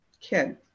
kid